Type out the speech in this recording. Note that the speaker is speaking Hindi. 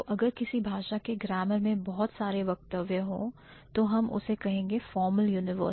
तो अगर किसी भाषा के grammar में बहुत सारे वक्तव्य हो तो हम उसे कहेंगे formal universals